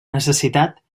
necessitat